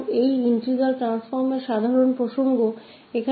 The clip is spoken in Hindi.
तो यह इंटीग्रल ट्रांसफॉर्म का सामान्य संदर्भ है